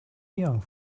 young